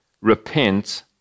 Repent